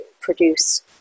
produce